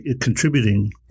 contributing